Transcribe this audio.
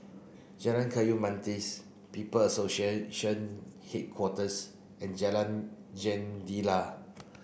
Jalan Kayu People Association Headquarters and Jalan Jendela